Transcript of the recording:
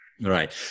Right